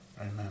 Amen